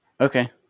Okay